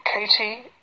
Katie